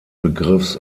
begriffs